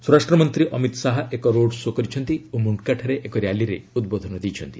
ସ୍ୱରାଷ୍ଟ୍ରମନ୍ତ୍ରୀ ଅମିତ ଶାହା ଏକ road show' କରିଛନ୍ତି ଓ ମୁଣ୍ଡକାଠାରେ ଏକ ର୍ୟାଲିରେ ଉଦ୍ବୋଧନ ଦେଇଛନ୍ତି